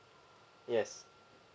yes